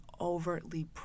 overtly